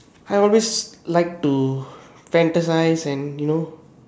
I always like to fantasise and you know